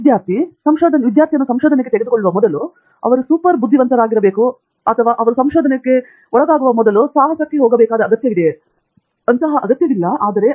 ಅಭಿಜಿತ್ ನನಗೆ ಹೇಳುವುದು ವಿದ್ಯಾರ್ಥಿ ಸಂಶೋಧನೆಗೆ ತೆಗೆದುಕೊಳ್ಳುವ ಮೊದಲು ಅವರು ಸೂಪರ್ ಬುದ್ಧಿವಂತರಾಗಿರಬೇಕು ಅಥವಾ ಅವರು ಸಂಶೋಧನೆಗೆ ಒಳಗಾಗುವ ಮೊದಲು ಸಾಹಸಕ್ಕೆ ಹೋಗಬೇಕಾದ ಅಗತ್ಯವಿದೆಯೇ